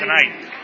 tonight